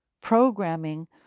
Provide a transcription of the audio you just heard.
programming